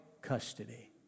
custody